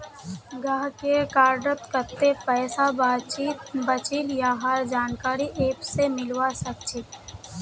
गाहकेर कार्डत कत्ते पैसा बचिल यहार जानकारी ऐप स मिलवा सखछे